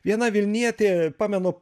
viena vilnietė pamenu